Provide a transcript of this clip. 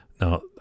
Now